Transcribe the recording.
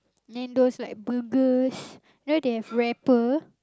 then those like burgers now they have wrapper